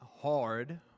hard